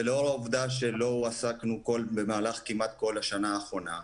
ולאור העובדה שלא הועסקנו במהלך כמעט כל השנה האחרונה,